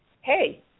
hey